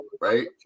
Right